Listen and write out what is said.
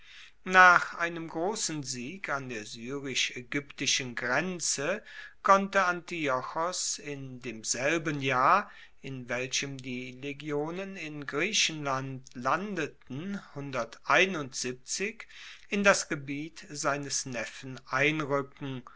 nach einem grossen sieg an der syrisch aegyptischen grenze konnte antiochos in demselben jahr in welchem die legionen in griechenland landeten in das gebiet seines neffen einruecken